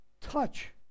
touch